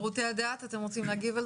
ברשותך, גברתי